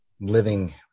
living